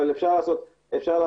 אבל אפשר לעשות עד